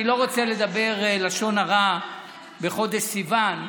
לא רוצה לדבר לשון הרע בחודש סיוון,